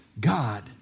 God